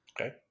Okay